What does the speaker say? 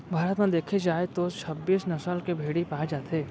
भारत म देखे जाए तो छब्बीस नसल के भेड़ी पाए जाथे